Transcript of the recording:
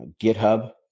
GitHub